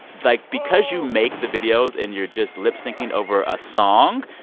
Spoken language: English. like, because you make the videos and you're just lip-syncing over a song,